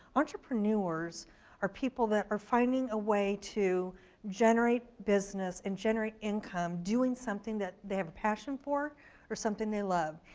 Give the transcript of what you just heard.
entrepreneurs are people that are finding a way to generate business, and generate income doing something that they have a passion for or something they love.